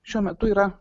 šiuo metu yra